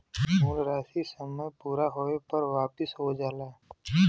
मूल राशी समय पूरा होये पर वापिस हो जाला